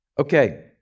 Okay